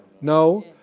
No